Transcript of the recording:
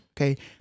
Okay